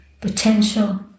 potential